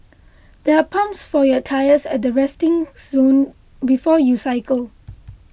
there are pumps for your tyres at the resting zone before you cycle